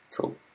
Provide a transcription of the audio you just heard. Cool